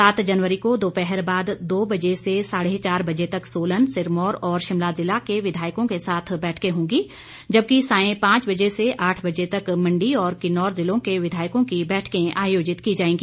सात जनवरी को दोपहर बाद दो से साढ़े चार बजे तक सोलन सिरमौर और शिमला जिला के विधायकों के साथ बैठकें होंगी जबकि सांय पांच से आठ बजे तक मण्डी और किन्नौर जिलों के विधायकों की बैठकें आयोजित की जाएगी